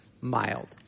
mild